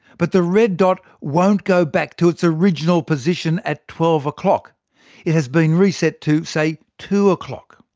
but the red dot won't go back to its original position at twelve o'clock it has been reset to say two o'clock.